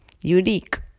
unique